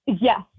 yes